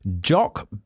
Jock